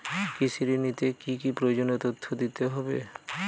কৃষি ঋণ নিতে কি কি প্রয়োজনীয় তথ্য দিতে হবে?